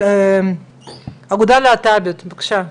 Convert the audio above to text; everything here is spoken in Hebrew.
האגודה הלהט"בית, בבקשה,